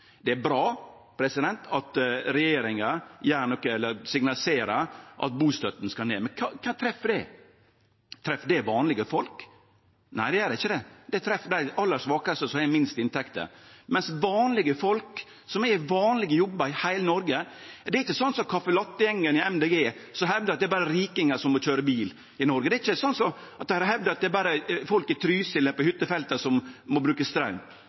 Det er bra at regjeringa signaliserer at ein skal gjere noko med bustønaden, men kven treffer det? Treffer det vanlege folk? Nei, det gjer ikkje det – det treffer dei aller svakaste, som har dei minste inntektene. Men når det gjeld vanlege folk, som er i vanlege jobbar i heile Noreg, er det ikkje slik caffè latte-gjengen i Miljøpartiet Dei Grøne hevdar, at det berre er rikingar som må køyre bil i Noreg. Det er ikkje slik det er hevda, at det berre er folk i hyttefelta i Trysil som må bruke